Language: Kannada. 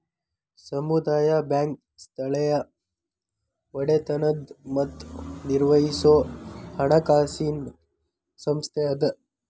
ಸಮುದಾಯ ಬ್ಯಾಂಕ್ ಸ್ಥಳೇಯ ಒಡೆತನದ್ ಮತ್ತ ನಿರ್ವಹಿಸೊ ಹಣಕಾಸಿನ್ ಸಂಸ್ಥೆ ಅದ